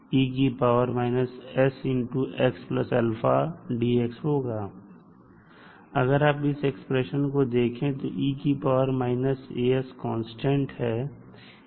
अगर आप इस एक्सप्रेशन को देखें तो कांस्टेंट है